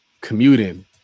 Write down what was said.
commuting